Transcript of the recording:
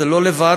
זה לא לבד: